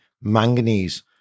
manganese